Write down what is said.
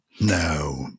No